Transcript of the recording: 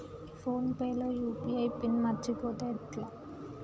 Phone pay లో UPI PIN మరచిపోతే ఎట్లా?